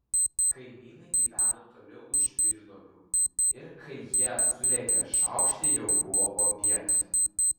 kaimynai gyveno toli už žvyrduobių ir kai jie sulėkė šaukštai jau buvo popiet